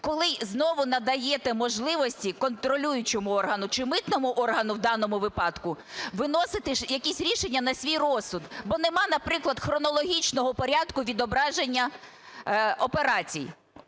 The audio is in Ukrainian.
коли знову надаєте можливості контролюючому органу чи митному органу в даному випадку, виносити якісь рішення на свій розсуд. Бо нема, наприклад, хронологічного порядку відображення операцій.